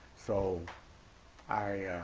so i